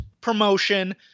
promotion